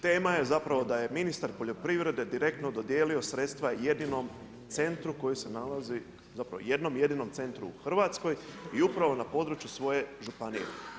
Tema je zapravo da je ministar poljoprivrede direktno dodijelio sredstva jedinom centru koji se nalazi, zapravo jednom jedinom centru u Hrvatskoj i upravo na području svoje županije.